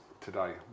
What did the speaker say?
today